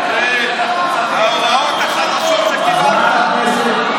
ההוראות החדשות שקיבלת.